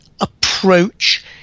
approach